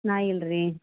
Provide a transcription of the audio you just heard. ನಾಯಿ ಇಲ್ಲ ರೀ